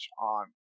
on